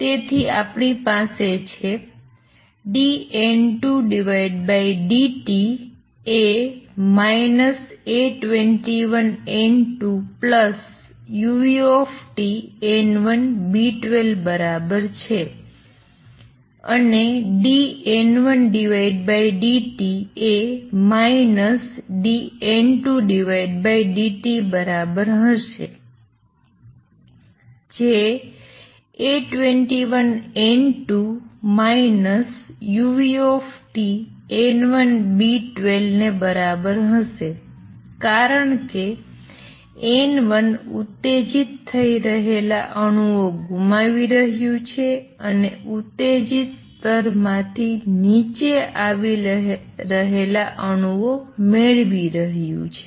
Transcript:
તેથી આપણી પાસે છે dN2dt એ A21N2 uTN1B12 બરાબર છે અને dN1dt એ dN2dt બરાબર હશે જે A21N2 uTN1B12 ને બરાબર હશે કારણ કે N1 ઉત્તેજિત થઈ રહેલા અણુઓ ગુમાવી રહ્યું છે અને ઉત્તેજિત સ્તર માથી નીચે આવી રહેલા અણુઓ મેળવી રહ્યું છે